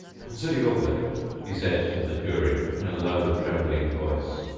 consider your verdict he said to the jury, in a low, trembling voice.